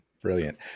Brilliant